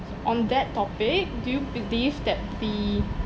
on that topic do you believe that the